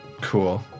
Cool